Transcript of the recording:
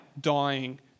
dying